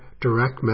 direct